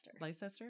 Leicester